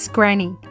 Granny